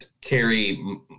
carry